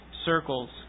circles